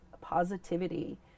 positivity